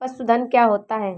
पशुधन क्या होता है?